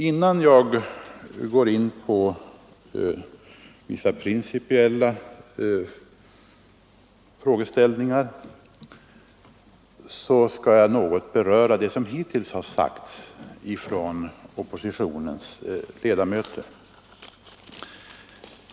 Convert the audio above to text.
Innan jag går in på vissa principiella frågeställningar skall jag något beröra det som hittills har sagts av oppositionens ledamöter.